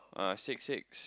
uh six six